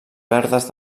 verdes